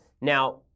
Now